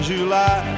July